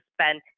spend